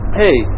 hey